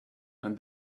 and